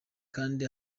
kandi